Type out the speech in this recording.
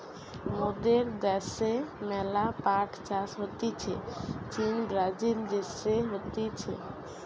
মোদের দ্যাশে ম্যালা পাট চাষ হতিছে চীন, ব্রাজিল দেশে হতিছে